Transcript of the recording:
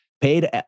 paid